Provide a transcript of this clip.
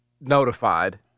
notified